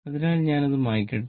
അതിനാൽ ഞാൻ അത് മായ്ക്കട്ടെ